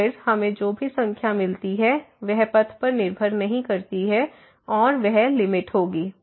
तो फिर हमें जो भी संख्या मिलती है वह पथ पर निर्भर नहीं करती है और वह लिमिट होगी